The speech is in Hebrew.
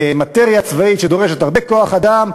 מאטריה צבאית שדורשת הרבה כוח-אדם,